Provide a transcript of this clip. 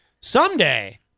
Someday